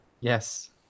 Yes